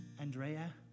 Andrea